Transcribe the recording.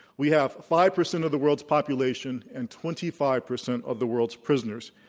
we have five percent of the world's population and twenty five percent of the world's prisoners.